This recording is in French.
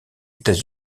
états